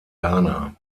ghana